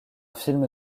film